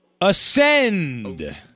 ascend